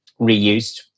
reused